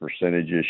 percentages